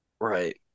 right